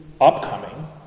upcoming